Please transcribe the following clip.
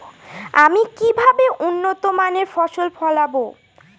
আমি কিভাবে উন্নত মানের ফসল ফলাবো?